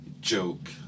joke